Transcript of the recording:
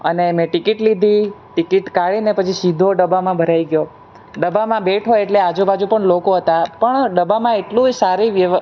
અને મેં ટિકિટ લીધી ટિકિટ કાઢીને પછી સીધો ડબ્બામાં ભરાઈ ગયો ડબ્બામાં બેઠો એટલે આજુબાજુ પણ લોકો હતા પણ ડબ્બામાં એટલી સારી વ્ય